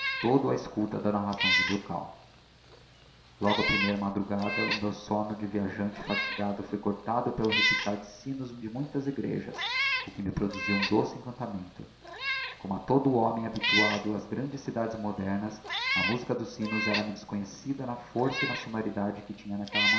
todo á escuta da narração de milkau logo á primeira madrugada o meu somno de viajante fatigado foi cortado pelo repicar de sinos de muitas egrejas o que me produziu um doce encantamento como a todo o homem habituado ás grandes cidades modernas a musica dos sinos era-me desconhecida na força e na sonoridade que tinha